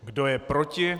Kdo je proti?